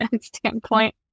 standpoint